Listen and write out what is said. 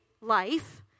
life